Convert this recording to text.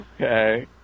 Okay